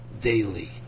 daily